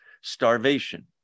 starvation